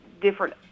different